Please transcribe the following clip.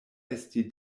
esti